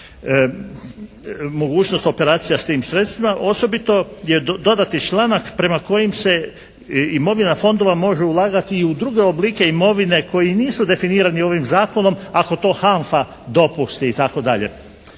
mogućnost operacija s tim sredstvima, osobito je dodati članak prema kojem se imovina fondova može ulagati i u druge oblike imovine koji nisu definirani ovim zakonom ako to HANF-a dopusti itd.